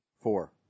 Four